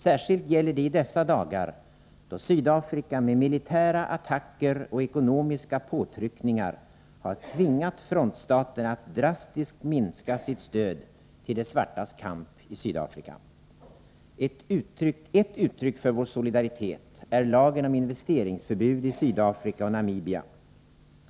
Särskilt gäller det i dessa dagar, då Sydafrika med militära attacker och ekonomiska påtryckningar har tvingat frontstaterna att drastiskt minska sitt stöd till de svartas kamp i Sydafrika. Ett uttryck för vår solidaritet är lagen om investeringsförbud i Sydafrika och Namibia.